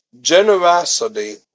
generosity